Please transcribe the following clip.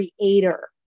creator